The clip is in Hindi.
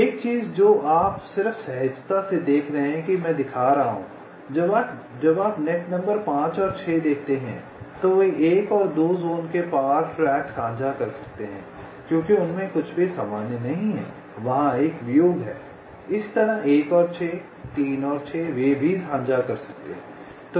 अब एक चीज जो आप सिर्फ सहजता से देख रहे हैं मैं दिखा रहा हूं जब आप नेट नंबर 5 और 6 देखते हैं तो वे 1 और 2 जोन के पार ट्रैक साझा कर सकते हैं क्योंकि उनमें कुछ भी सामान्य नहीं है वहां एक वियोग है इसी तरह 1 और 6 3 और 6 वे भी साझा कर सकते हैं